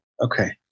okay